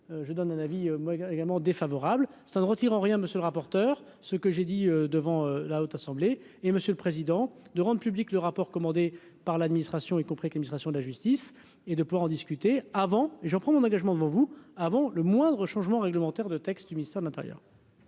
également défavorable, ça ne retire rien, monsieur le rapporteur, ce que j'ai dit, devant la Haute Assemblée et Monsieur le Président de rende public le rapport commandé par l'administration y compris que les migrations de la justice et de pouvoir en discuter avant, j'en prends mon engagement vont vous avant le moindre changement réglementaire de textes du ministère de l'Intérieur.